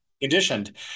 Conditioned